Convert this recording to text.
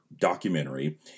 documentary